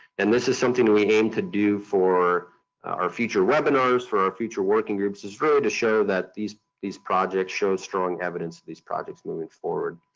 and this is something we aim to do for our future webinars, for our future working groups, is really to show that these these projects show strong evidence for these projects moving forward.